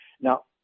Now